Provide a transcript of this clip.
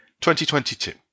2022